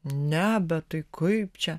ne bet tai kaip čia